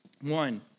One